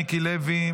מיקי לוי,